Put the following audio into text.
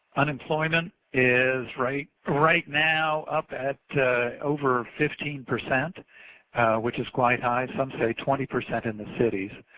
unemployment is right right now up at over fifteen percent which is quite high. some say twenty percent in the cities.